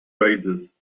razors